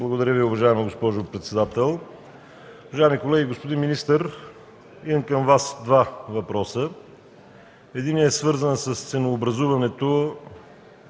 Благодаря Ви, уважаема госпожо председател. Уважаеми колеги! Господин министър, имам към Вас два въпроса. Единият е свързан с ценообразуването